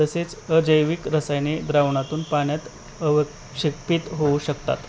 तसेच अजैविक रसायने द्रावणातून पाण्यात अवक्षेपित होऊ शकतात